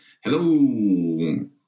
Hello